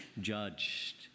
judged